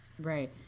Right